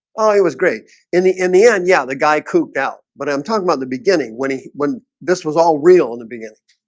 it was great in the in the end yeah, the guy cooped out but i'm talking about the beginning when he when this was all real in the beginning